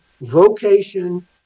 vocation